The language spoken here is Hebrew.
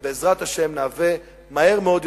ובעזרת השם נהווה מהר מאוד,